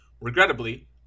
regrettably